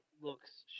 looks